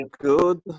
good